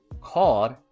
called